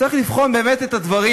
צריך לבחון באמת את הדברים,